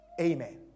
Amen